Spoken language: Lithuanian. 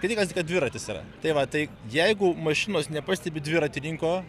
skaityk kad kad dviratis yra tai va tai jeigu mašinos nepastebi dviratininko